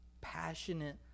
passionate